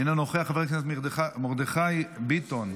אינו נוכח, חבר הכנסת מיכאל מרדכי ביטון,